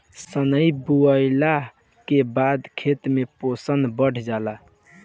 सनइ बोअला के बाद खेत में पोषण बढ़ जाला